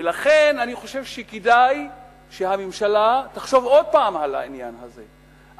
ולכן אני חושב שכדאי שהממשלה תחשוב עוד פעם על העניין הזה,